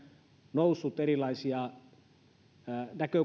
noussut erilaisia näkökulmia ja